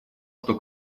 что